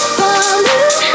falling